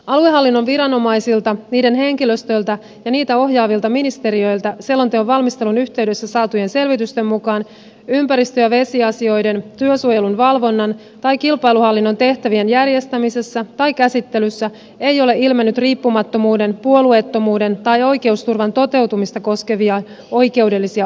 aluehallinnon viranomaisilta niiden henkilöstöltä ja niitä ohjaavilta ministeriöiltä selonteon valmistelun yhteydessä saatujen selvitysten mukaan ympäristö ja vesiasioiden työsuojelun valvonnan tai kilpailuhallinnon tehtävien järjestämisessä tai käsittelyssä ei ole ilmennyt riippumattomuuden puolueettomuuden tai oikeusturvan toteutumista koskevia oikeudellisia ongelmia